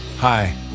Hi